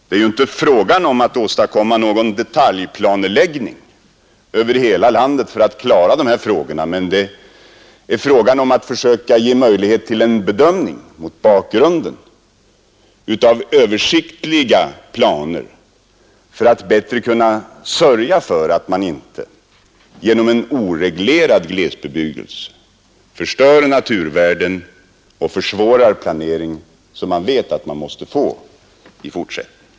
Det är ju inte fråga om att åstadkomma någon detaljplaneläggning över hela landet för att klara dessa frågor, men det är fråga om att försöka ge en bedömning mot bakgrunden av översiktliga planer för att bättre kunna sörja för att man inte genom en oreglerad glesbebyggelse förstör naturvärden och försvårar planering som man vet att man måste få i fortsättningen.